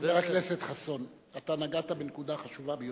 חבר הכנסת חסון, אתה נגעת בנקודה חשובה ביותר.